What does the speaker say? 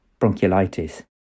bronchiolitis